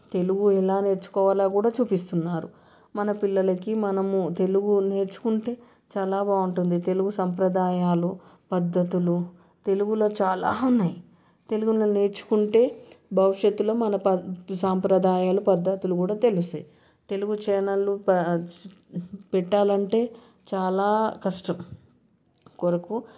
తెలుగు ఎలా నేర్చుకోవాలో కూడా చూపిస్తున్నారు మన పిల్లలకి మనము తెలుగు నేర్చుకుంటే చాలా బాగుంటుంది తెలుగు సాంప్రదాయాలు పద్ధతులు తెలుగులో చాలా ఉన్నాయి తెలుగును నేర్చుకుంటే భవిష్యత్తులో మన పద్ధ సంప్రదాయాలు పద్ధతులు కూడా తెలుస్తాయి తెలుగు ఛానల్లు పెట్టాలంటే చాలా కష్టం కొరకు